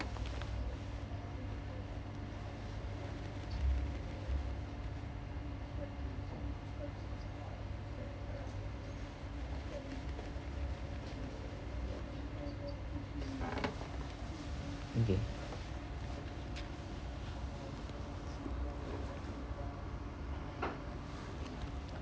okay